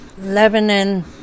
Lebanon